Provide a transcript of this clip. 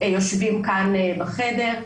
יושבים כאן בחדר,